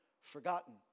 forgotten